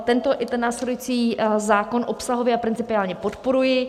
Tento i ten následující zákon obsahově a principiálně podporuji.